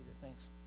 thanks